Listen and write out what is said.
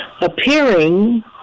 appearing